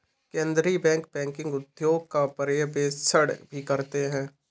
केन्द्रीय bank banking उद्योग का पर्यवेक्षण भी करते हैं